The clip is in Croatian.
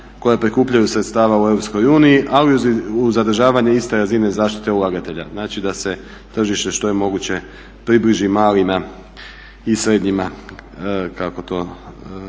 koja prikupljaju sredstva u Europskoj uniji, ali uz zadržavanje iste razine zaštite ulagatelja. Znači da se tržište što je moguće približi malima i srednjima kako to